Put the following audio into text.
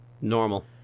Normal